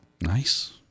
Nice